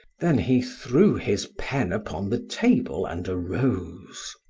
then he threw his pen upon the table and arose.